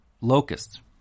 locusts